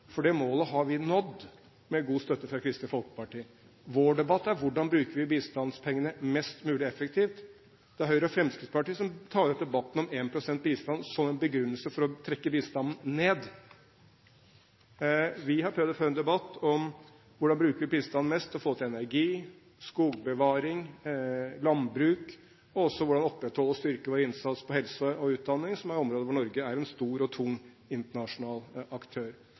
for det målet har vi nådd, med god støtte fra Kristelig Folkeparti. Vår debatt er: Hvordan bruker vi bistandspengene mest mulig effektivt? Det er Høyre og Fremskrittspartiet som tar opp debatten om 1 pst. bistand, som en begrunnelse for å trekke bistanden ned. Vi har prøvd å føre en debatt om hvordan vi bruker bistanden best for å få til energi, skogbevaring og landbruk, og også hvordan vi opprettholder og styrker vår innsats på helse og utdanning, som er områder hvor Norge er en stor og tung internasjonal aktør.